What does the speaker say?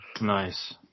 Nice